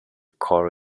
call